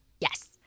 Yes